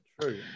True